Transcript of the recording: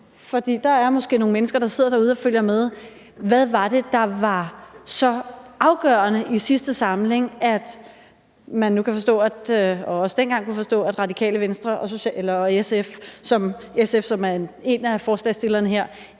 sidder måske nogle mennesker derude og følger med: Hvad var det, der var så afgørende i sidste samling for, at man nu kan forstå og også dengang kunne forstå, at Radikale Venstre og SF, som er en af forslagsstillerne her,